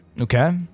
Okay